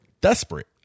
desperate